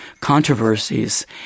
controversies